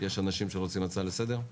יש אנשים שרוצים הצעה לסדר?